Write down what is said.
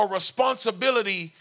responsibility